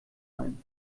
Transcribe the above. ein